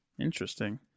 Interesting